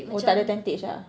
oh tak de tentage ah